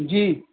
जी